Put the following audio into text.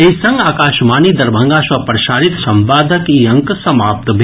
एहि संग आकाशवाणी दरभंगा सँ प्रसारित संवादक ई अंक समाप्त भेल